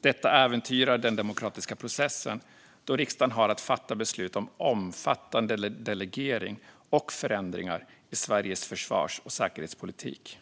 Detta äventyrar den demokratiska processen då riksdagen har att fatta beslut om omfattande delegering och förändringar i Sveriges försvars och säkerhetspolitik.